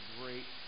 great